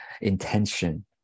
intention